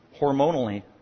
hormonally